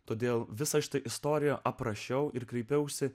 todėl visą šitą istoriją aprašiau ir kreipiausi